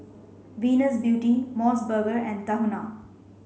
Venus Beauty MOS burger and Tahuna